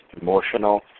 emotional